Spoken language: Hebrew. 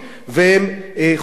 והם חוזרים.